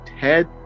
Ted